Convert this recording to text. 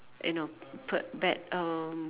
you know put back um